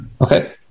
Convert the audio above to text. Okay